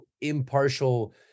impartial